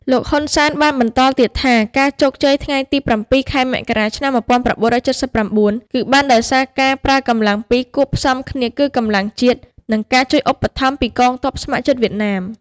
លោក ហ៊ុន សែន បានបន្តទៀតថា ការជោគជ័យថ្ងៃទី៧ ខែ មករា ឆ្នាំ ១៩៧៩ គឺបានដោយសារការប្រើកម្លាំងពីរគូបផ្សំគ្នាគឺ កម្លាំងជាតិ និងការជួយឧបត្ថម្ភពីកងទ័ពស្ម័គ្រចិត្តវៀតណាម។